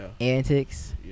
antics